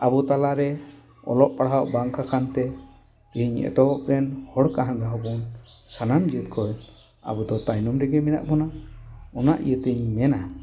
ᱟᱵᱚ ᱛᱟᱞᱟᱨᱮ ᱚᱞᱚᱜ ᱯᱟᱲᱦᱟᱜ ᱵᱟᱝᱠᱷᱟᱱ ᱛᱮ ᱤᱧ ᱮᱛᱚᱦᱚᱵ ᱨᱮᱱ ᱦᱚᱲ ᱠᱟᱱ ᱨᱮᱦᱚᱸᱵᱚᱱ ᱥᱟᱱᱟᱢ ᱡᱟᱹᱛ ᱠᱷᱚᱱ ᱟᱵᱚ ᱫᱚ ᱛᱟᱭᱱᱚᱢ ᱨᱮᱜᱮ ᱢᱮᱱᱟᱜ ᱵᱚᱱᱟ ᱚᱱᱟ ᱤᱭᱟᱹᱛᱮᱧ ᱢᱮᱱᱟ